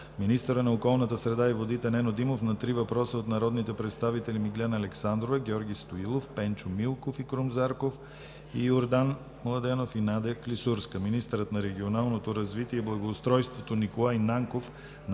министърът на околната среда и водите Нено Димов – на три въпроса от народните представители Миглена Александрова, Георги Стоилов, Пенчо Милков, Крум Зарков, Йордан Младенов и Надя Клисурска; - министърът на регионалното развитие и благоустройството Николай Нанков –